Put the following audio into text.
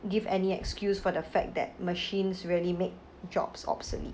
give any excuse for the fact that machines really make jobs obsolete